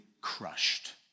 crushed